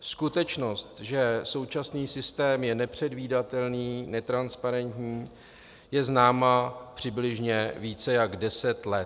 Skutečnost, že současný systém je nepředvídatelný, netransparentní, je známá přibližně více jak deset let.